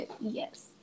yes